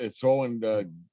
throwing